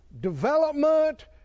development